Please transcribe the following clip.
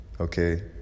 Okay